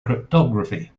cryptography